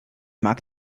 mag